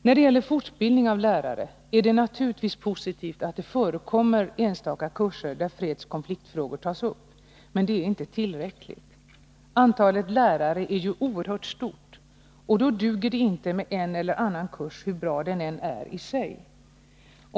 När det gäller fortbildning av lärare är det naturligtvis positivt att det förekommer enstaka kurser där fredsoch konfliktfrågor tas upp, men det är inte tillräckligt. Antalet lärare är ju oerhört stort, och då duger det inte med en eller annan kurs, hur bra den än är i sig.